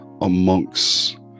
amongst